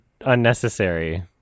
unnecessary